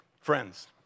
Friends